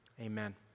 Amen